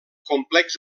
complex